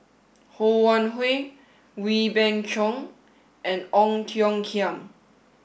Ho Wan Hui Wee Beng Chong and Ong Tiong Khiam